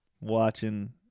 watching